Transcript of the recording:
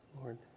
Lord